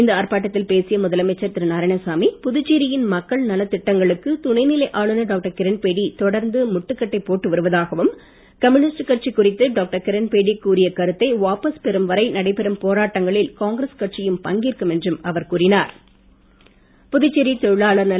இந்த ஆர்ப்பாட்டத்தில் பேசிய முதலமைச்சர் திரு நாராயணசாமி புதுச்சேரியின் மக்கள் நலத் திட்டங்களுக்கு துணை நிலை ஆளுநர் டாக்டர் கிரண்பேடி தொடர்ந்து முட்டுக்கட்டை போட்டு வருவதாகவும் கம்யூனிஸ்ட் கட்சி குறித்து டாக்டர் கிரண்பேடி கூறிய கருத்தை வாபஸ் பெறும் வரை நடைபெறும் போராட்டங்களில் காங்கிரஸ் கட்சியும் ந